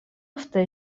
ofte